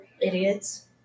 Idiots